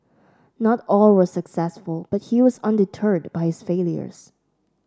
not all were successful but he was undeterred by his failures